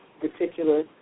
particular